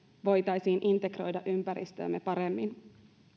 voitaisiin integroida ympäristöömme paremmin